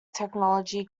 technology